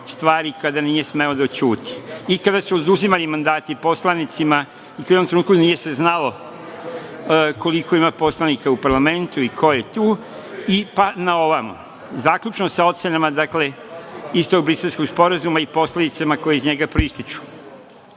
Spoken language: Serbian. stvari kada nije smeo da ćuti, i kada su oduzimani mandati poslanicima, i kada u jednom trenutku se nije znalo koliko ima poslanika u parlamentu i ko je tu, i pa na ovamo. Zaključno sa ocenama iz tog Briselskog sporazuma i posledicama koje iz njega proističu.